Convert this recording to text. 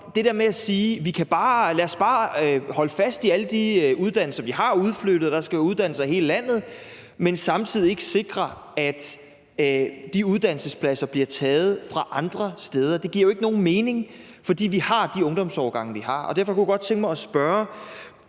Så når man siger, at vi bare skal holde fast i alle de uddannelser, vi har udflyttet, for der skal være uddannelser i hele landet, men samtidig ikke sikrer, at de uddannelsespladser bliver taget fra andre steder, giver jo ikke nogen mening – for vi har de ungdomsårgange, vi har. Derfor kunne jeg godt tænke mig at spørge